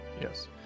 Yes